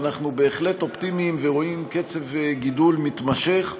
ואנחנו בהחלט אופטימיים ורואים קצב גידול מתמשך,